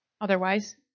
Otherwise